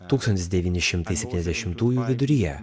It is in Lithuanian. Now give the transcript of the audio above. tūkstatnis devyni šimtai septyniasdešimtųjų viduryje